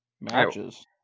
matches